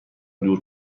دور